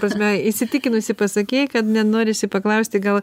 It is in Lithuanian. prasme įsitikinusi pasakei kad net norisi paklausti gal